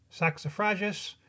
Saxifragus